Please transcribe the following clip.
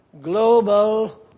global